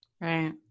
Right